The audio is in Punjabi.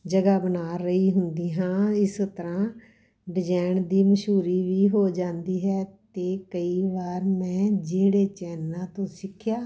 ਜਗ੍ਹਾ ਬਣਾ ਰਹੀ ਹੁੰਦੀ ਹਾਂ ਇਸ ਤਰਾਂ ਡਿਜੈਨ ਦੀ ਮਸ਼ਹੂਰੀ ਵੀ ਹੋ ਜਾਂਦੀ ਹੈ ਅਤੇ ਕਈ ਵਾਰ ਮੈਂ ਜਿਹੜੇ ਚੈਨਲਾਂ ਤੋਂ ਸਿੱਖਿਆ